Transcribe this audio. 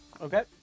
Okay